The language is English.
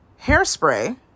Hairspray